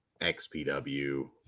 XPW